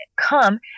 come